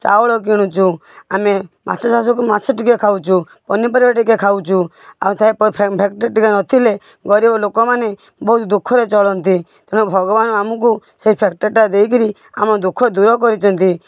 ଚାଉଳ କିଣୁଛୁ ଆମେ ମାଛ ଚାଷକୁ ମାଛ ଟିକେ ଖାଉଛୁ ପନିପରିବା ଟିକେ ଖାଉଛୁ ଆଉ ଫ୍ୟାକ୍ଟରୀ ଟିକେ ନଥିଲେ ଗରିବ ଲୋକମାନେ ବହୁତ ଦୁଃଖରେ ଚଳନ୍ତି ତେଣୁ ଭଗବାନ ଆମକୁ ସେଇ ଫ୍ୟାକ୍ଟରୀଟା ଦେଇକରି ଆମ ଦୁଃଖ ଦୂର କରିଛନ୍ତି